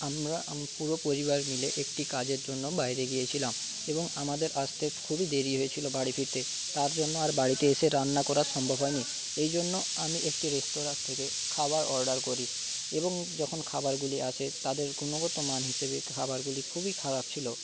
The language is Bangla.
আমরা পুরো পুরো পরিবার মিলে একটি কাজের জন্য বাইরে গিয়েছিলাম এবং আমাদের আসতে খুবই দেরি হয়েছিল বাড়ি ফিরতে তার জন্য আর বাড়িতে এসে রান্না করা সম্ভব হয় নি এই জন্য আমি একটি রেস্তোরাঁ থেকে খাবার অর্ডার করি এবং যখন খাবারগুলি আসে তাদের গুণগতমান হিসেবে খাবারগুলি খুবই খারাপ ছিল